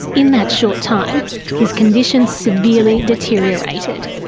in that short time his condition severely deteriorated.